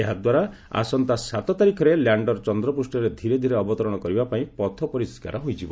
ଏହାଦ୍ୱାରା ଆସନ୍ତା ସାତ ତାରିଖରେ ଲ୍ୟାଣ୍ଡର ଚନ୍ଦ୍ରପୂଷ୍ଠରେ ଧୀରେ ଧୀରେ ଅବତରଣ କରିବା ପାଇଁ ପଥ ପରିଷ୍କାର ହୋଇଯିବ